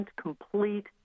complete